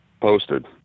posted